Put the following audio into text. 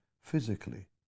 physically